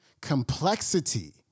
complexity